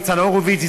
ניצן הורוביץ,